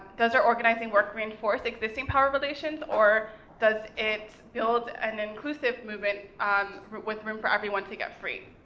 does our organizing work reinforce existing power relations, or does it build an inclusive movement with room for everyone to get free,